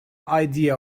idea